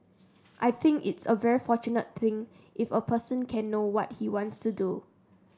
I think it's a very fortunate thing if a person can know what he wants to do